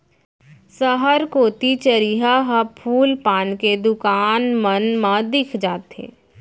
सहर कोती चरिहा ह फूल पान के दुकान मन मा दिख जाथे